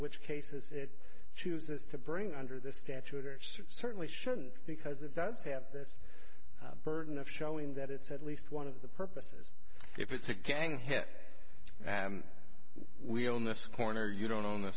which cases it chooses to bring under this statute certainly shouldn't because it does have this burden of showing that it's at least one of the purposes if it's a gang hit we'll next corner you don't own